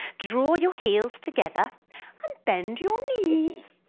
draw your heels together and bend your knees!